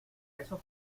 eso